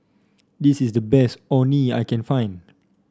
this is the best Orh Nee that I can find